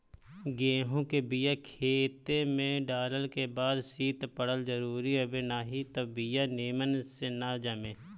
गेंहू के बिया खेते में डालल के बाद शीत पड़ल जरुरी हवे नाही त बिया निमन से ना जामे